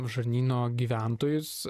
žarnyno gyventojus